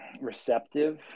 receptive